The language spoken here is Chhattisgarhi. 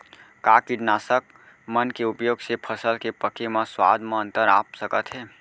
का कीटनाशक मन के उपयोग से फसल के पके म स्वाद म अंतर आप सकत हे?